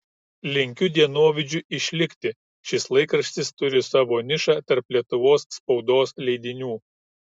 linkiu dienovidžiui išlikti šis laikraštis turi savo nišą tarp lietuvos spaudos leidinių